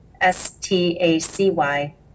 S-T-A-C-Y